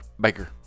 Baker